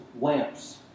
lamps